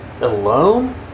Alone